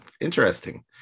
Interesting